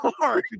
Lord